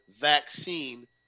vaccine